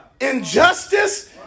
injustice